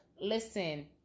listen